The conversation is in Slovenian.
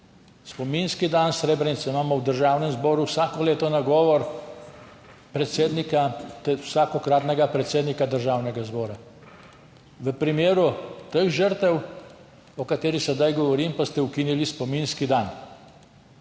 Spominski dan Srebrenice, v Državnem zboru imamo vsako leto nagovor vsakokratnega predsednika Državnega zbora, v primeru teh žrtev, o katerih sedaj govorim, pa ste ukinili spominski dan